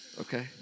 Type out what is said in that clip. Okay